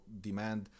demand